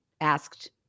asked